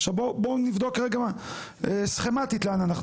עכשיו בואו נבדוק רגע סכמתית לאן אנחנו